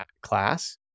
class